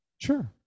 Sure